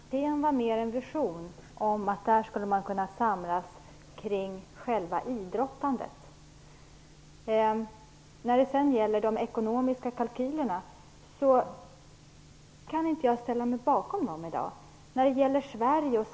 Herr talman! Aten var mer en vision. Där skulle man kunna samlas kring själva idrottandet. När det sedan gäller de ekonomiska kalkylerna vill jag säga att jag i dag inte kan ställa mig bakom dem.